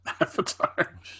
Avatar